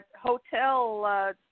hotel